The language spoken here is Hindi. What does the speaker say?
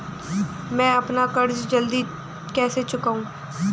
मैं अपना कर्ज जल्दी कैसे चुकाऊं?